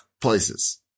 places